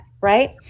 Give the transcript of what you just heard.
right